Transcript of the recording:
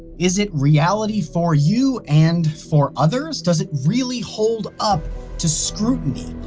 is it reality for you and for others? does it really hold up to scrutiny?